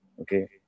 Okay